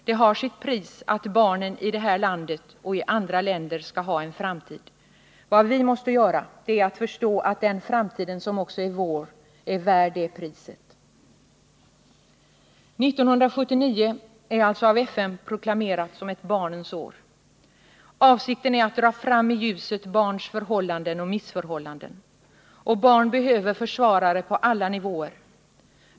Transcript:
Det har sitt pris att barnen i det här landet och i andra länder skall ha en framtid. Vad vi måste göra, det är att förstå att den framtiden som också är vår är värd det priset. 1979 är alltså av FN proklamerat som ett barnens år. Avsikten är att dra fram i ljuset barns förhållanden och missförhållanden. Barn behöver försvarare på alla nivåer.